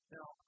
Now